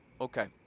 Okay